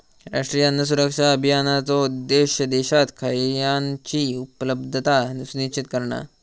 राष्ट्रीय अन्न सुरक्षा अभियानाचो उद्देश्य देशात खयानची उपलब्धता सुनिश्चित करणा